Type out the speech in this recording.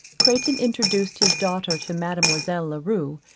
crayton introduced his daughter to mademoiselle la rue,